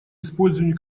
использованию